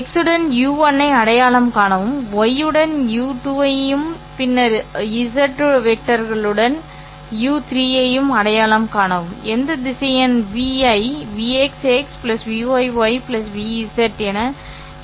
́x உடன் u1 ஐ அடையாளம் காணவும் uy உடன் u2 ஐயும் பின்னர் vez வெக்டார்களுடன் u3 ஐயும் அடையாளம் காணவும் எந்த திசையன் ́v ஐ Vx x̂ Vy ŷ Vz as என எழுதலாம்